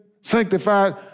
sanctified